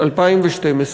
2012,